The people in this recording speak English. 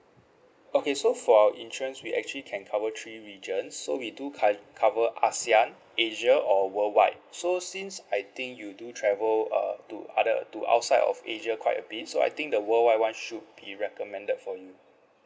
okay so for our insurance we actually can cover three regions so we do kai~ cover ASEAN asia or worldwide so since I think you do travel err to other to outside of asia quite a bit so I think the worldwide [one] should be recommended for you